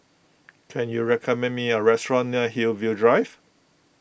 can you recommend me a restaurant near Hillview Drive